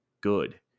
good